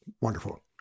wonderful